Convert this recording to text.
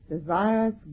Desires